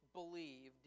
believe